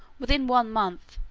within one month,